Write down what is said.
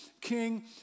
king